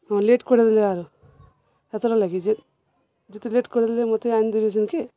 ହଁ ଲେଟ୍ କରିଦେଲେ ଆରୁ ହେଥରର୍ ଲାଗି ଯେ ଯେତେ ଲେଟ୍ କରିଦେଲେ ମତେ ଆଇନ୍ଦେବେ ସେନ୍କେ